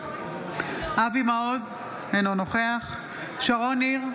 אבי מעוז, אינו נוכח שרון ניר,